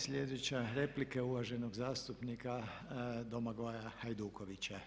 Sljedeća replika je uvaženog zastupnika Domagoja Hajdukovića.